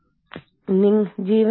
അപ്പോൾ നമ്മൾ എങ്ങനെയാണ് ഇത് ചെയുന്നത്